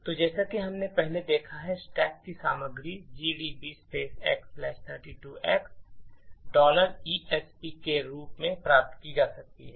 तो जैसा कि हमने पहले देखा है स्टैक की सामग्री gdb x32x esp के रूप में प्राप्त की जा सकती है